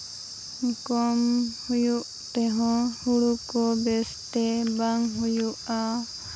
ᱠᱚᱢ ᱦᱩᱭᱩᱜ ᱛᱮᱦᱚᱸ ᱦᱩᱲᱩ ᱠᱚ ᱵᱮᱥᱛᱮ ᱵᱟᱝ ᱦᱩᱭᱩᱜᱼᱟ